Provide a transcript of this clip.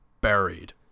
buried